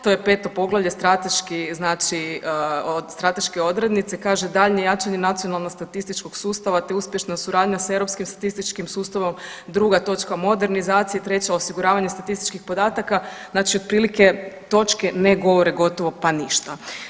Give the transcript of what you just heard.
To je 5. Poglavlje strateški znači od strateške odrednice kaže, daljnje jačanje nacionalno statističkog sustava, te uspješna suradnja s europskim statističkim sustavom, druga točka modernizacija i treća osiguravanje statističkih podataka, znači otprilike točke ne govore gotovo pa ništa.